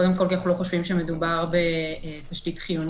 קודם כל כי אנחנו לא חושבים שמדובר בתשתית חיונית.